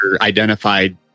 identified